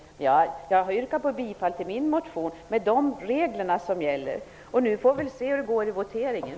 Men jag har yrkat på bifall till min motion. Nu får vi se hur det går i voteringen.